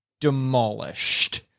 demolished